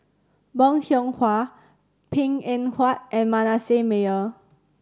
Bong Hiong Hwa Png Eng Huat and Manasseh Meyer